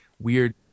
Weird